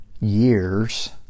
years